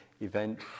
event